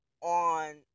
on –